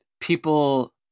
people